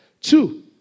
two